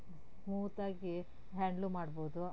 smooth ಆಗಿ handle ಮಾಡ್ಬೋದು